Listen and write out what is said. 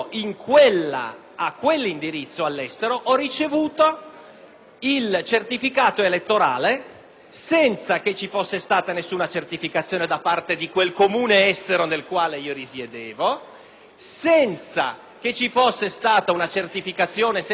il mio indirizzo all'estero, senza che ci fosse stata alcuna certificazione da parte del Comune estero in cui io risiedevo, senza che ci fosse stata una certificazione e senza che io neppure sapessi esattamente dove si trovasse il consolato.